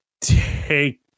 take